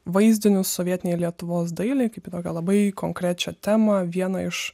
vaizdinių sovietinei lietuvos dailei kaip į tokią labai konkrečią temą vieną iš